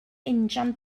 injan